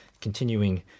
continuing